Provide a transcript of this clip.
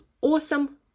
awesome